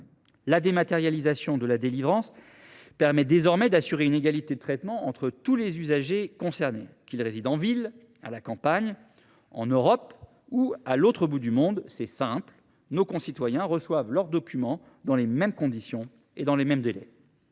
la dématérialisation de la délivrance permet désormais d’assurer une égalité de traitement entre tous les usagers concernés. Qu’ils résident en ville ou à la campagne, en Europe ou à l’autre bout du monde, nos concitoyens reçoivent leur document dans les mêmes conditions et dans les mêmes délais.